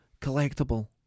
collectible